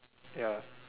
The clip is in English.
ya